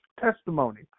testimony